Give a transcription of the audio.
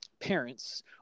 parents